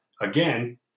Again